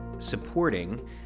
supporting